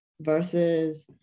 versus